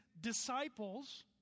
disciples